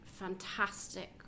fantastic